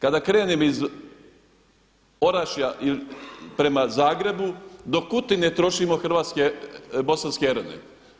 Kada krenem iz Orašja il' prema Zagrebu do Kutine trošimo hrvatske, bosanski ERONET.